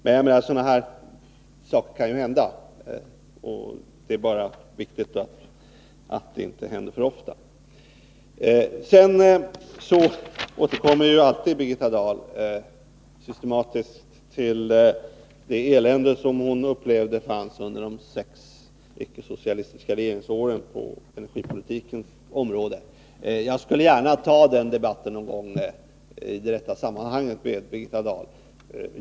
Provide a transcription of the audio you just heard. Men sådana här saker kan ju hända. Det är bara viktigt att det inte händer för ofta. Birgitta Dahl återkommer ju alltid systematiskt till det elände som, enligt vad hon upplevde, fanns under de sex icke-socialistiska regeringsåren på energipolitikens område. Jag skulle gärna ta den debatten med Birgitta Dahl någon gång i det rätta sammanhanget.